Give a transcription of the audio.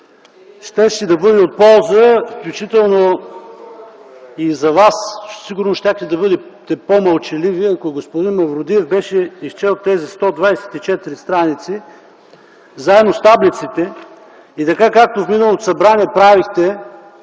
Щеше да бъде от полза, включително и за вас. (Реплики.) Сигурно щяхте да бъдете по-мълчаливи, ако господин Мавродиев беше изчел тези 124 страници заедно с таблиците. И така, както в миналото Събрание правехте,